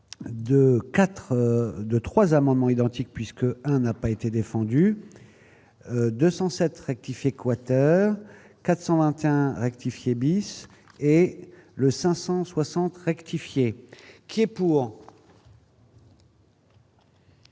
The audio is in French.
4, 2, 3 amendements identiques puisque un n'a pas été défendue 207 rectifier quater 421 rectifier bis, et le 560 rectifier. Qui pour.